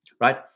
right